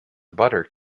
butter